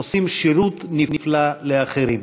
הם עושים שירות נפלא לאחרים,